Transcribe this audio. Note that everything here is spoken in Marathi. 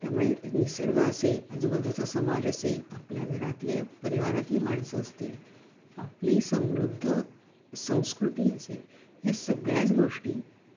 त्यामुळे निसर्ग असेल आजूबाजूचा समाज असेल आपल्या घरातल्या परिवारातली माणसं असतील आपली समृद्ध संस्कृती असेल ह्या सगळ्याच गोष्टी